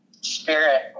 spirit